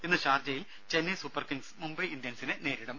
ഇന്ന് ഷാർജയിൽ ചെന്നൈ സൂപ്പർകിംഗ്സ് മുംബൈ ഇന്ത്യൻസിനെ നേരിടും